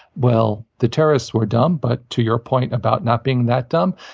well, the terrorists were dumb. but to your point about not being that dumb,